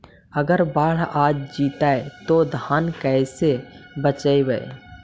अगर बाढ़ आ जितै तो धान के कैसे बचइबै?